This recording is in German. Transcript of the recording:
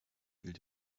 gilt